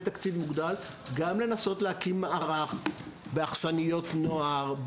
לו תקציב מוגדל גם לנסות להקים מערך באכסניות נוער,